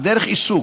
על דרך עיסוק,